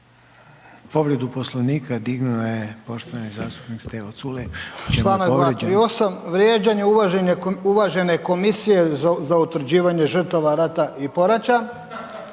Povredu Poslovnika dignuo je poštovani zastupnik Stevo Culej.